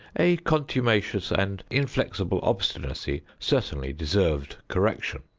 a contumacious and inflexible obstinacy certainly deserved correction.